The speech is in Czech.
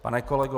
Pane kolego